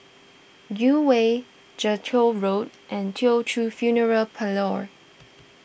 Gul Way Jellicoe Road and Teochew Funeral Parlour